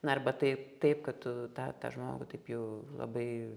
na arba taip taip kad tu tą žmogų taip jau labai